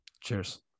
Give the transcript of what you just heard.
Cheers